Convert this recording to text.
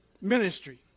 ministry